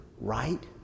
right